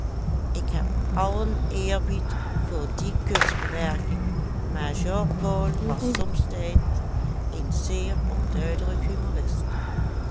ik heb allen eerbied voor die kunstbewerking maar jean paul was somtijds een zeer onduidelijk